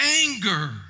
anger